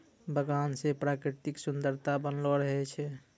बगान से प्रकृतिक सुन्द्ररता बनलो रहै छै